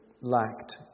lacked